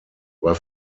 war